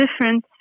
difference